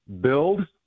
Build